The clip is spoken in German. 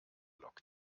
log